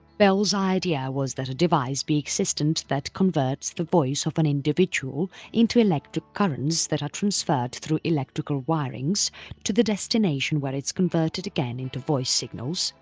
bell's idea was that a device be existent that converts the voice of an individual into electric currents that are transferred through electrical wirings to the destination where its converted again into voice signals,